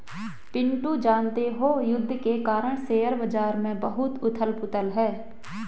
पिंटू जानते हो युद्ध के कारण शेयर बाजार में बहुत उथल पुथल है